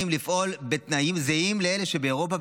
לפעול בתנאים זהים לאלה שבאירופה,